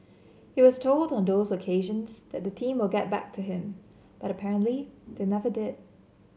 he was told on those occasions that the team will get back to him but apparently they never did